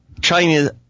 China